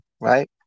Right